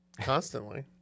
constantly